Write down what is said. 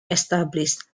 established